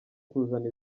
kuzana